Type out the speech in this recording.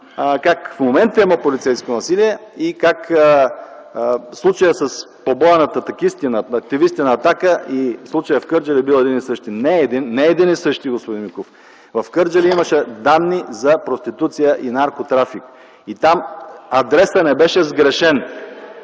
как в момента има полицейско насилие и как случаят с побоя над атакисти, на активисти на „Атака”, и случаят в Кърджали бил един и същи. Не е един и същи, господин Миков! В Кърджали имаше данни за проституция и наркотрафик. Там адресът не беше сгрешен